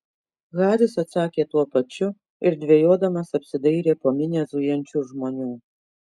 haris atsakė tuo pačiu ir dvejodamas apsidairė po minią zujančių žmonių